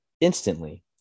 instantly